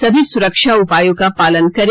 सभी सुरक्षा उपायों का पालन करें